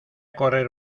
correr